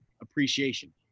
appreciation